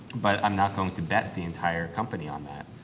but i'm not going to bet the entire company on that.